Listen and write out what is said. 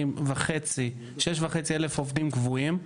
6,500 עובדים קבועים,